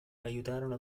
aiutarono